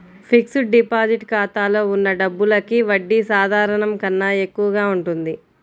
fixed deposit ఖాతాలో ఉన్న డబ్బులకి వడ్డీ సాధారణం కన్నా ఎక్కువగా ఉంటుంది